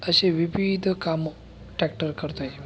अशी विविध कामं टॅक्टर करतो आहे